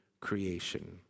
creation